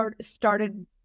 started